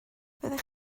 fyddech